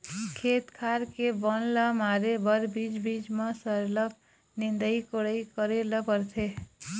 खेत खार के बन ल मारे बर बीच बीच म सरलग निंदई कोड़ई करे ल परथे